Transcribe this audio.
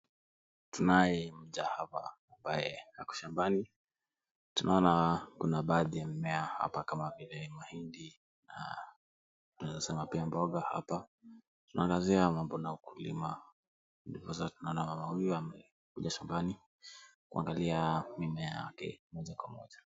Tunaye mja hapa ambaye ako shambani. Tunaona kuna baadhi ya mimea hapa kama vile mahindi na tunaeza sema pia mboga hapa. Tunaangazia mambo na ukulima, ndiposa tunaona mama huyu amekuja shambani kuangalia mimea yake moja kwa moja.